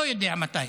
לא יודע מתי.